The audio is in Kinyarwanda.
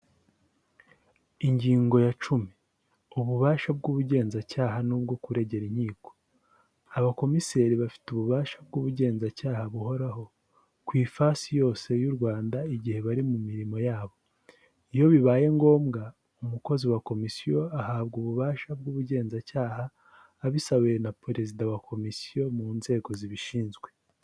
Ingingo ya cumi, ububasha bw'ubugenzacyaha n'ubwo kuregera inkiko, abakomiseri bafite ububasha bw'ubugenzacyaha buhoraho ku ifasi yose y' u Rwanda igihe bari mu mirimo yabo, iyo bibaye ngombwa umukozi wa komisiyo ahabwa ububasha bw'ubugenzacyaha abisabwewe na perezida wa komisiyo mu nzego zibishinzwe.